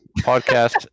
podcast